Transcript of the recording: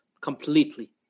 completely